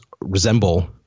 resemble